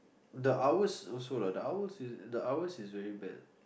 the hours also lah the hours is the hours is very bad